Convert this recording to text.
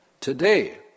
today